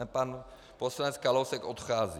Pan poslanec Kalousek odchází.